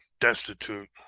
destitute